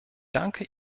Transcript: danke